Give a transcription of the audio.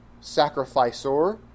sacrificer